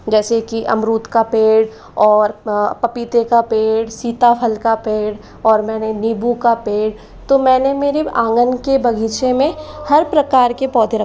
जैसे कि अमरुद का पेड़ और पपीते का पेड़ सीताफल का पेड़ और मैंने नींबू का पेड़ तो मैंने मेरे आंगन के बगीचे में हर प्रकार के पौधे रख